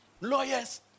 Lawyers